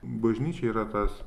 bažnyčia yra tas